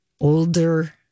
older